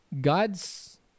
God's